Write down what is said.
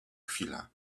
chwila